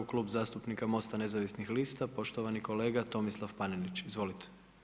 Klub zastupnika MOST-a nezavisnih lista, poštovani kolega Tomislav Panenić, izvolite.